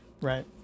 right